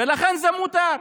ולכן זה מותר.